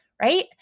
right